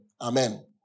Amen